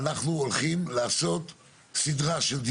יהיו כל כך עמוסים כי האזרחים הלחוצים ילכו אליהם כברי סמכא ואין